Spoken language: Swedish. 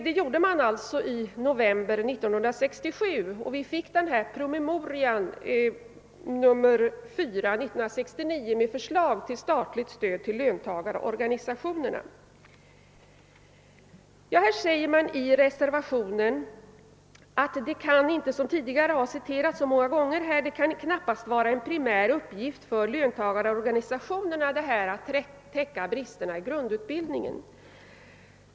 Det gjorde man i november 1967, och vi fick år 1969 promemorian nr 4 med förslag till statligt stöd till löntagarorganisationerna. Det sägs i reservationen, såsom har citerats här tidigare många gånger, att det knappast kan vara en primär uppgift för löntagarorganisationerna att täcka bristerna i grundutbildningen.